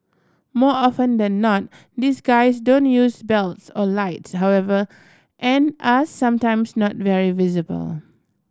more often than not these guys don't use bells or lights however and are sometimes not very visible